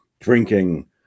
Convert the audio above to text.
drinking